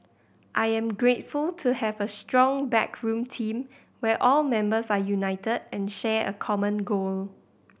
I am grateful to have a strong backroom team where all members are united and share a common goal